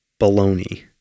baloney